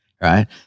right